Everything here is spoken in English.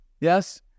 yes